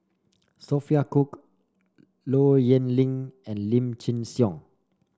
Sophia Cooke Low Yen Ling and Lim Chin Siong